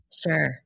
Sure